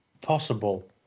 possible